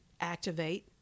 activate